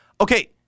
Okay